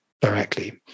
directly